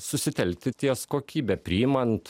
susitelkti ties kokybe priimant